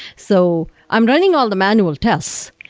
so i'm running all the manual test,